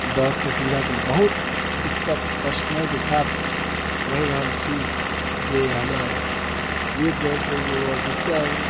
बसके सुविधाके लेल बहुत दिक्कत कष्टमयके साथ रहि रहल छी जे हमरा एक जगहसँ ओ दोसर